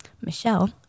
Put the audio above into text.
Michelle